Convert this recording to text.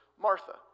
Martha